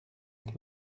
avec